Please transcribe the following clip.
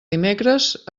dimecres